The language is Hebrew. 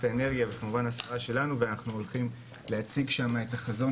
האנרגיה וכמובן השרה שלנו ואנחנו הולכים להציג שם את החזון